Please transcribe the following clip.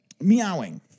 Meowing